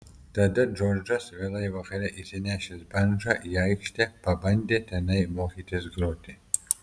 tada džordžas vėlai vakare išsinešęs bandžą į aikštę pabandė tenai mokytis groti